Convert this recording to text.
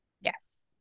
yes